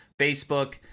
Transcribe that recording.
Facebook